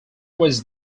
was